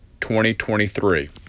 2023